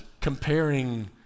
comparing